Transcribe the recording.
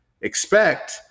expect